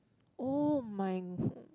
oh my